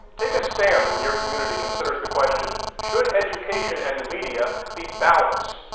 take a stand when your community considers the question should education and the media be balanced?